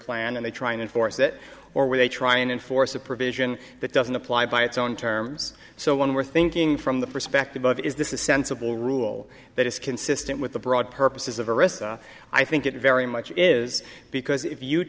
plan and they try and enforce that or when they try and enforce a provision that doesn't apply by its own terms so when we're thinking from the perspective of is this the sensible rule that is consistent with the broad purposes of i think it very much is because if you